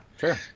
Sure